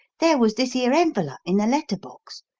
there was this here envellup in the letter-box,